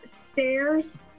stairs